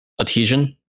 adhesion